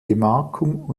gemarkung